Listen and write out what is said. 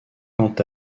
quant